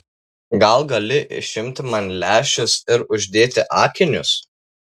gal gali išimti man lęšius ir uždėti akinius